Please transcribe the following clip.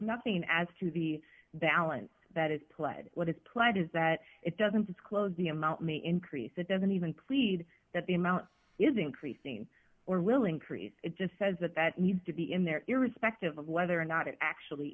nothing as to the balance that it's played what it's played is that it doesn't disclose the amount may increase it doesn't even plead that the amount is increasing or will increase it just says that that needs to be in there irrespective of whether or not it actually